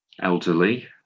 elderly